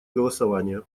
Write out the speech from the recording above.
голосования